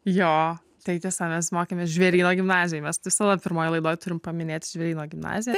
jo tai tiesa mes mokėmės žvėryno gimnazijoj mes visada pirmojoj laidoj turim paminėt žvėryno gimnaziją